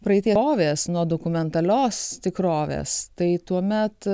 praeitie rovės nuo dokumentalios tikrovės tai tuomet